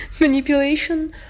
manipulation